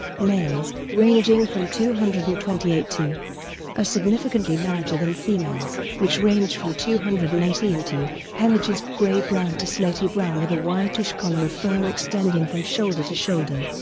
males, ranging from two hundred and twenty eight to, are significantly larger than females, which range from two hundred and eighteen to. pelage is grey-brown to slaty-brown with a whitish collar of fur extending from shoulder to shoulder.